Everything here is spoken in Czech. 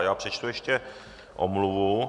Já přečtu ještě omluvu.